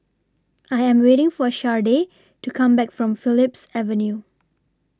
I Am waiting For Shardae to Come Back from Phillips Avenue